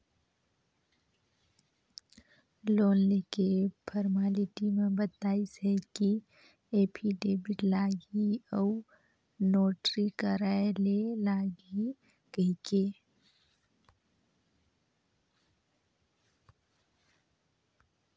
loan लेके formality म बताइस हे कि एफीडेबिड लागही अउ नोटरी कराय ले लागही कहिके